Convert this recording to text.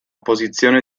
posizione